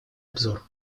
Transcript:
обзор